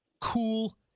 cool